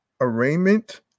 arraignment